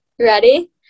Ready